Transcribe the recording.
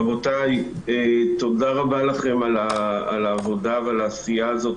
רבותי, תודה רבה לכם על העבודה ועל העשייה הזאת.